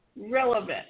relevant